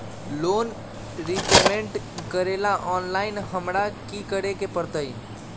Loan repayment करेला online हमरा की करे के परतई?